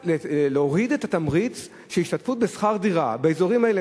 להוריד את התמריץ של השתתפות בשכר דירה באזורים האלה,